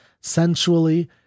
sensually